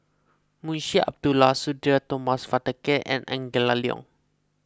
Munshi Abdullah Sudhir Thomas Vadaketh and Angela Liong